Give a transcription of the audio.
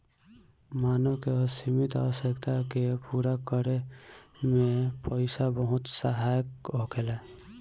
मानव के असीमित आवश्यकता के पूरा करे में पईसा बहुत सहायक होखेला